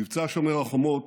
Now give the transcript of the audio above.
מבצע שומר החומות